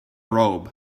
robe